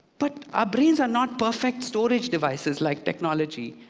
but our brains are not perfect storage devices like technology.